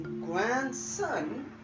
grandson